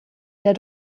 der